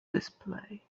display